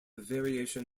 variation